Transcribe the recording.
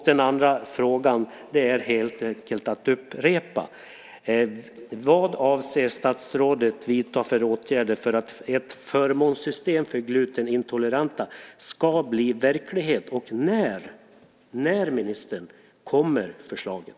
Den andra frågan är helt enkelt en upprepning: Vad avser statsrådet att vidta för åtgärder för att ett förmånssystem för glutenintoleranta ska bli verklighet, och när, ministern, kommer förslaget?